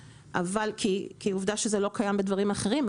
כי עובדה שזה לא קיים בדברים אחרים.